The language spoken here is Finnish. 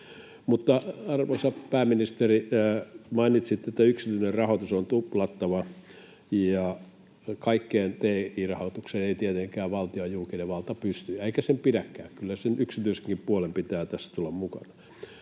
Mutta, arvoisa pääministeri, mainitsitte, että yksityinen rahoitus on tuplattava ja kaikkeen tki-rahoitukseen ei tietenkään valtio ja julkinen valta pysty, eikä sen pidäkään. Kyllä sen yksityisenkin puolen pitää tässä tulla mukana.